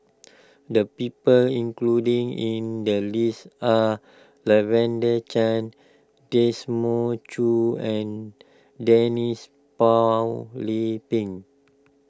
the people included in the list are Lavender Chang Desmond Choo and Denise Phua Lay Peng